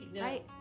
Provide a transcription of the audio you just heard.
Right